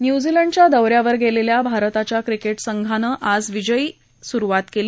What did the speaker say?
न्यूझीलंडच्या दौऱ्यावर गेलेल्या भारताच्या क्रिके संघानं आज विजयी सुरुवात केली